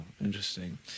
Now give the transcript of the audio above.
interesting